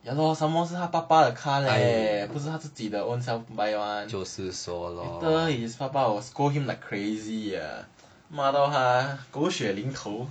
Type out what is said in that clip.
就是说 lor